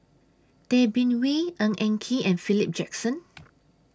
Tay Bin Wee Ng Eng Kee and Philip Jackson